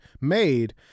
made